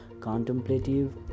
contemplative